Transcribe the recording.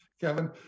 Kevin